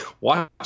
watch